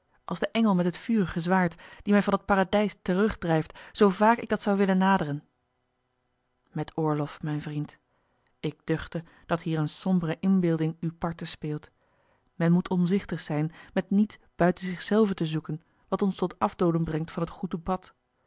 als de engel met het vurig zwaard die mij van het paradijs terugdrijft zoo vaak ik dat zou willen naderen et oorlof mijn vriend ik duchte dat hier eene sombere inbeelding u parten speelt men moet omzichtig zijn met niet buiten zich zelven te zoeken wat ons tot afdolen brengt van het goede pad